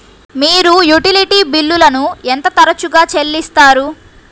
మీరు యుటిలిటీ బిల్లులను ఎంత తరచుగా చెల్లిస్తారు?